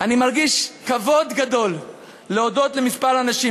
אני מרגיש כבוד גדול להודות לכמה אנשים.